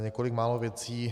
Několik málo věcí.